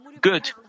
good